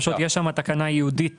זאת החלוקה בין